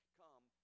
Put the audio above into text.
come